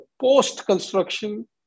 post-construction